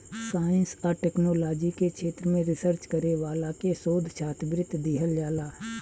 science आ technology के क्षेत्र में रिसर्च करे वाला के शोध छात्रवृत्ति दीहल जाला